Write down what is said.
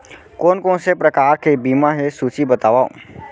कोन कोन से प्रकार के बीमा हे सूची बतावव?